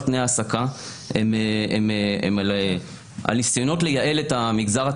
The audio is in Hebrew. תנאי העסקה אלא על ניסיונות לייעל את המגזר הציבורי.